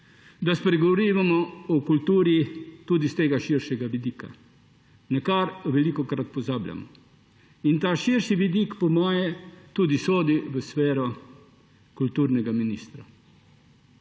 da spregovorimo o kulturi tudi s tega širšega vidika, na kar velikokrat pozabljamo. In ta širši vidik po moje tudi sodi v sfero kulturnega ministra.